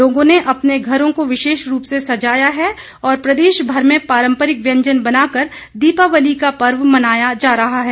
लोगों ने अपने घरों को विशेष रूप से सजाया है और प्रदेशभर में पारंपरिक व्यंजन बनाकर दीपावली का पर्व मनाया जा रहा है